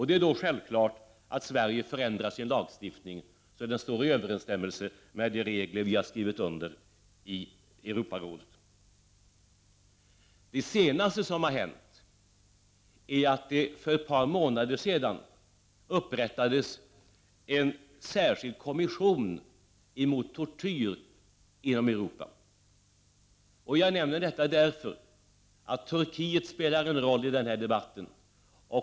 Det är då självklart att Sve 13 rige förändrar sin lagstiftning så, att denna står i överensstämmelse med de regler som vi har skrivit under i Europarådet. Det senaste som har hänt är att det för ett par månader sedan upprättades en särskild kommission mot tortyr inom Europa. Jag nämner detta därför att Turkiet spelar en roll i den här debatten.